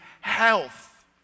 health